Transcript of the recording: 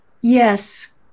Yes